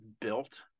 built